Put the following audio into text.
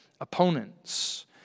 opponents